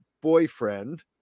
boyfriend